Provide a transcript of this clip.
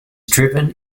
driven